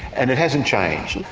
and it hasn't changed.